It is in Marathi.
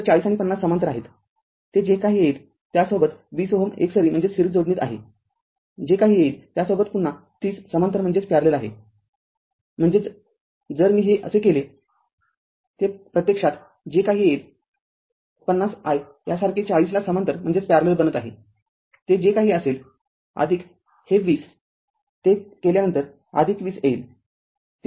तर४० आणि ५० समांतर आहेत ते जे काही येईल त्यासोबत २०Ω एकसरी जोडणीत आहे जे काही येईल त्यासोबत पुन्हा ३० समांतर आहेम्हणजेचजर मी हे असे केलेते प्रत्यक्षात जे काही येईल ५० i यासारखे ४० ला समांतर बनत आहे ते जे काही असेल हे २० ते केल्यानंतर २० येईल